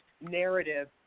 narrative